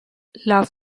love